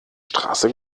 straße